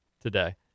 today